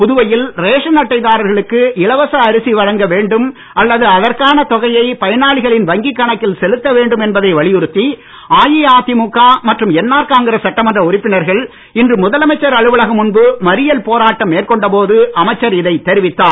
புதுவையில் ரேஷன் அட்டைதாரர்களுக்கு இலவச அரிசி வழங்க வேண்டும் அல்லது அதற்கான தொகையை பயனாளிகளின் வங்கிக் கணக்கில் செலுத்தவேண்டும் என்பதை வலியுறுத்தி அஇஅதிமுக மற்றும் என்ஆர் காங்கிரஸ் சட்டமன்ற உறுப்பினர்கள் இன்று முதலமைச்சர் அலுவலகம் முன்பு மறியல் போராட்டம் மேற்கொண்ட போது அமைச்சர் இதைத் தெரிவித்தார்